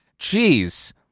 Jeez